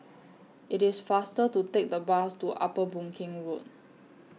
IT IS faster to Take The Bus to Upper Boon Keng Road